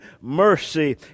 mercy